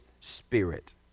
spirit